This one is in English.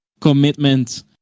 commitment